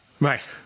Right